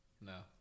no